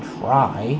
try